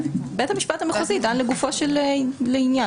בית המשפט המחוזי דן לגופו של עניין.